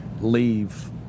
leave